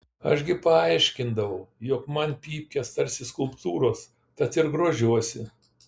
aš gi paaiškindavau jog man pypkės tarsi skulptūros tad ir grožiuosi